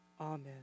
Amen